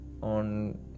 on